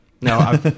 No